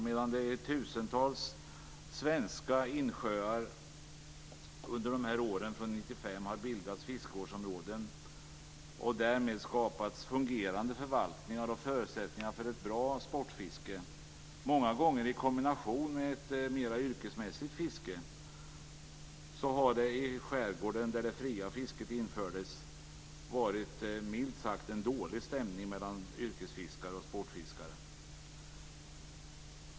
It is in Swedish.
Medan det i tusentals svenska insjöar under de här åren från 1995 har bildats fiskevårdsområden och därmed skapats fungerande förvaltningar och förutsättningar för ett bra sportfiske - många gånger i kombination med ett mer yrkesmässigt fiske - har det i skärgården där det fria fisket infördes varit en milt sagt en dålig stämning mellan yrkesfiskare och sportfiskare.